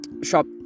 Shop